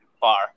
far